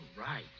right